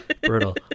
Brutal